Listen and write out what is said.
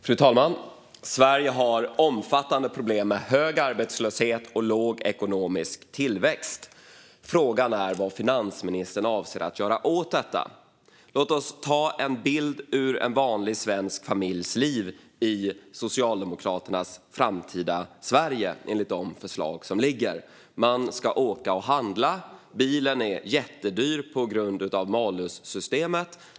Fru talman! Sverige har omfattande problem med hög arbetslöshet och låg ekonomisk tillväxt. Frågan är vad finansministern avser att göra åt detta. Låt oss ta en bild ur en vanlig svensk familjs liv i Socialdemokraternas framtida Sverige enligt de förslag som ligger! Man ska åka och handla. Bilen är jättedyr på grund av malussystemet.